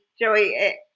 joey